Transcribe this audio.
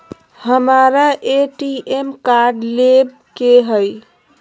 हमारा ATM card लेव के हई